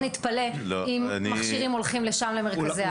לא נתפלא אם מכשירים הולכים לשם, למרכזי העל.